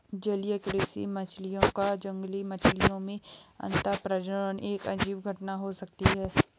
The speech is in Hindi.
जलीय कृषि मछलियों का जंगली मछलियों में अंतःप्रजनन एक अजीब घटना हो सकती है